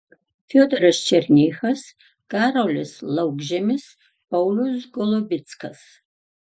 fiodoras černychas karolis laukžemis paulius golubickas